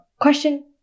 question